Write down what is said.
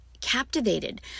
captivated